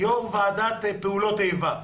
יו"ר ועדת פעולות איבה,